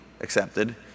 accepted